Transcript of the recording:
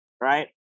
Right